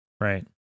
Right